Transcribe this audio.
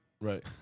Right